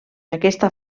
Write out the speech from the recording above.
aquesta